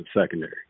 secondary